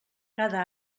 cada